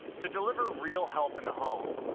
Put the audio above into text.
to deliver real help in the home,